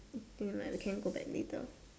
mm when we can go back later